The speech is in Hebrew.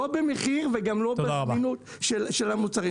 לא מחיר וגם לא בזמינות של המוצרים.